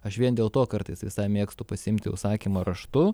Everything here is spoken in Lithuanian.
aš vien dėl to kartais visai mėgstu pasiimti užsakymą raštu